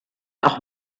auch